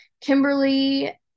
Kimberly